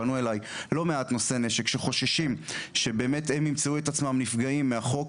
פנו אלי לא מעט נושאי נשק שחוששים שבאמת הם ימצאו את עצמם נפגעים מהחוק,